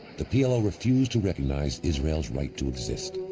the plo refused to recognize israel's right to exist.